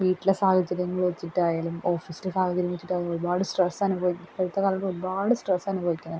വീട്ടിലെ സാഹചര്യങ്ങള് വെച്ചിട്ടായാലും ഓഫീസിലെ സാഹചര്യം വെച്ചിട്ടായാലും ഒരുപാട് ഇപ്പോഴത്തെക്കാലത്തൊരുപാട് സ്ട്രെസ്സനുഭവിക്കുന്നുണ്ട്